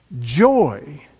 Joy